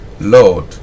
Lord